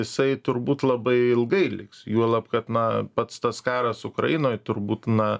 jisai turbūt labai ilgai liks juolab kad na pats tas karas ukrainoj turbūt na